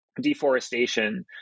deforestation